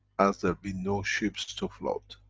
as there'll be no ships to float.